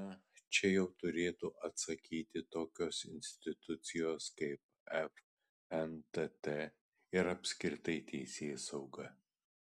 na čia jau turėtų atsakyti tokios institucijos kaip fntt ir apskritai teisėsauga